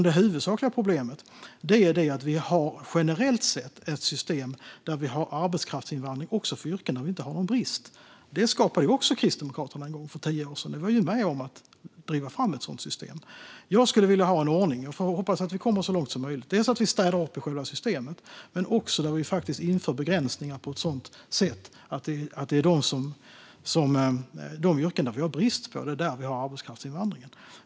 Det huvudsakliga problemet är att vi generellt sett har ett system med arbetskraftsinvandring också för yrken där vi inte har någon brist. Även detta skapade Kristdemokraterna en gång för tio år sedan. Ni var ju med om att driva fram ett sådant system. Jag skulle vilja ha en ordning - jag hoppas att vi kommer så långt som möjligt - där vi dels städar upp i själva systemet, dels inför begränsningar på ett sådant sätt att vi har arbetskraftsinvandring för de yrken där vi har en brist.